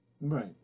right